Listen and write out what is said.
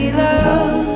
love